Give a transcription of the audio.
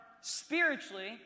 spiritually